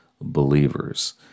believers